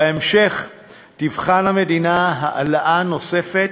בהמשך תבחן המדינה העלאה נוספת,